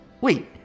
Wait